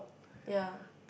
ya